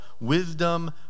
Wisdom